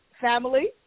family